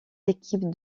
l’équipe